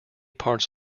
parts